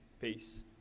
peace